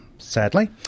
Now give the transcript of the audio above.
Sadly